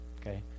Okay